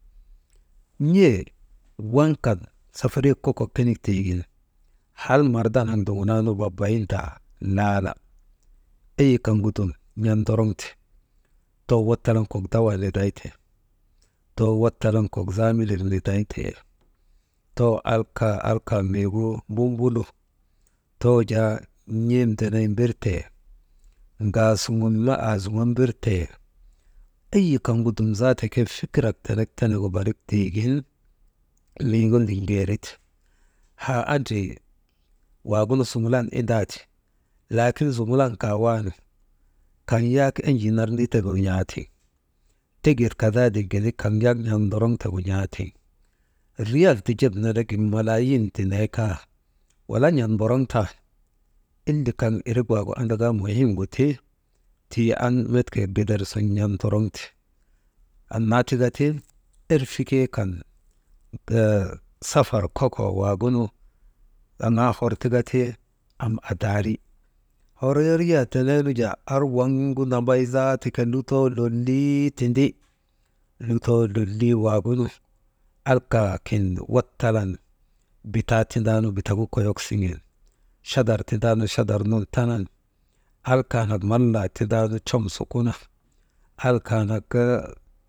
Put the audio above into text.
N̰e waŋ kan safariyek kokok konik tiigin, hal mardan an duŋunaanu mbambayintaa, laala eyi kaŋgu dum n̰at ndoroŋte, too wattalan kok dawaa nidaytee, too wattalan kok zaamilek nidaytee, too alka, alka miigu mbunbulu, too jaa, n̰emdeney nirtee, ŋaasiŋen ma aazuŋo mbirtee, ayi kaŋgu dum zaata ke fikirak tenek tenegu barik tiigin, miigu ndiŋeerite, haa andri waagunu zumlan indaanuti, laakin zumlan kaawaanu kaŋ yak enjii nar nditegu n̰aatiŋ, teket kadaadin gindi, kaŋ yak n̰at ndoroŋtegu n̰aatiŋ, riyal ti jep nenegin malaayin ti nee kaa, walaa n̰at mboroŋtan, inde kaŋ irik waagu andaka muhimgu ti, tii an met gedersun n̰at ndoroŋte, annaa tika ti erfikee kan hee safar kokoo nu aŋaa hor tika ti, am adaari, hororiyaa tinen jaa ar waŋgu nambay zaata ke, lutoo lolii tindi, lutoo lolii waagunu alka kin wattalan, bitaa tindaanu bitak gu koyok siŋen chadar tindaanu chadar nun tanan alkaanak mallaa tindaanu com su kuna alkanak.